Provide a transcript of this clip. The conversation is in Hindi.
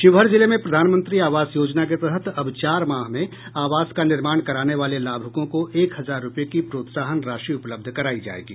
शिवहर जिले में प्रधानमंत्री आवास योजना के तहत अब चार माह में आवास का निर्माण कराने वाले लाभुकों को एक हजार रूपये की प्रोत्साहन राशि उपलब्ध कराई जाएगी